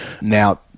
now